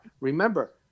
Remember